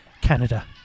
Canada